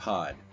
Pod